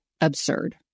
absurd